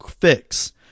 fix